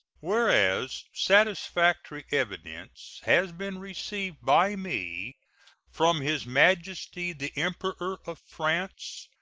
whereas satisfactory evidence has been received by me from his majesty the emperor of france,